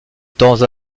temps